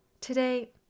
Today